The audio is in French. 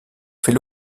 fait